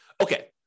Okay